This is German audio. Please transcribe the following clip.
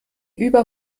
über